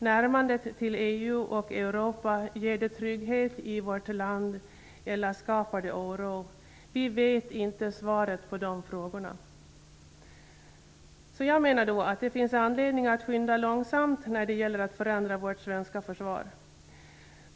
Närmandet till EU och Europa, ger det trygghet i vårt land eller skapar det oro? Vi vet inte svaret på de frågorna. Därför finns det anledning att skynda långsamt när det gäller att förändra vårt svenska försvar.